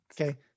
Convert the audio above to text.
Okay